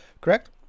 correct